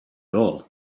all